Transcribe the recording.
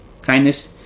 kindness